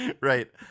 Right